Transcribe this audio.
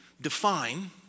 define